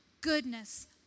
goodness